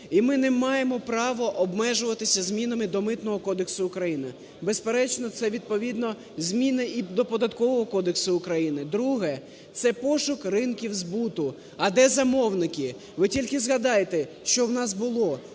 І ми не маємо права обмежуватися змінами до Митного кодексу України, безперечно, це відповідно зміни і до Податкового кодексу України. Друге – це пошук ринків збуту. А де замовники? Ви тільки згадайте, що в нас було.